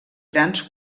grans